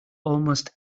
almost